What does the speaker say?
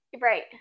Right